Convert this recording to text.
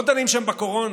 לא דנים שם בקורונה.